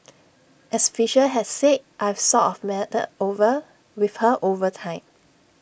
as Fisher had said I've sort of melded over with her over time